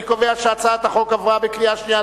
אני קובע שהצעת החוק עברה בקריאה שנייה.